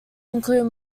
included